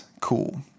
cool